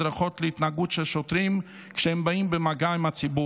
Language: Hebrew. הדרכות להתנהגות של שוטרים כשהם באים במגע עם הציבור.